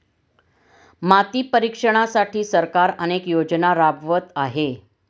माती परीक्षणासाठी सरकार अनेक योजना राबवत आहे